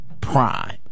prime